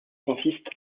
consiste